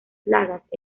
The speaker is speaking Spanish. plagas